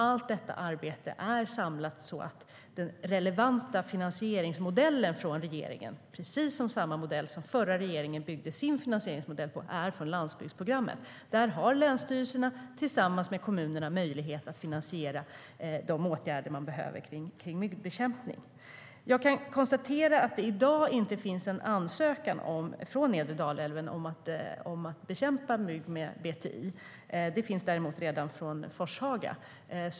Allt det arbetet är samlat så att den relevanta finansieringsmodellen från regeringen, precis samma modell som den förra regeringen byggde sin finansieringsmodell på, är från landsbygdsprogrammet. Där har länsstyrelserna möjlighet att tillsammans med kommunerna finansiera de åtgärder som man behöver för myggbekämpning. Jag kan konstatera att det i dag inte finns någon ansökan från nedre Dalälven om att bekämpa mygg med BTI. Det finns det däremot redan från Forshaga.